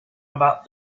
about